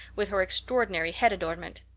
with her extraordinary head adornment.